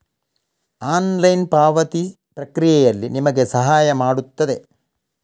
online ಪಾವತಿ ಪ್ರಕ್ರಿಯೆಯಲ್ಲಿ ನಿಮಗೆ ಸಹಾಯ ಮಾಡುತ್ತದೆ